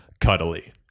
cuddly